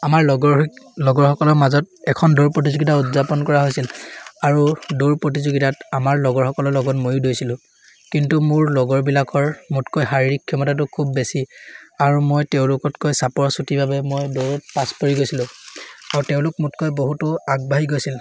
আমাৰ লগৰ লগৰসকলৰ মাজত এখন দৌৰ প্ৰতিযোগিতা উদযাপন কৰা হৈছিল আৰু দৌৰ প্ৰতিযোগিতাত আমাৰ লগৰসকলৰ লগত ময়ো দৌৰিছিলোঁ কিন্তু মোৰ লগৰবিলাকৰ মোতকৈ শাৰীৰিক ক্ষমতাটো খুব বেছি আৰু মই তেওঁলোকতকৈ চাপৰ চুটিৰ বাবে মই দৌৰত পাছ পৰি গৈছিলোঁ আৰু তেওঁলোক মোতকৈ বহুত দূৰ আগবাঢ়ি গৈছিল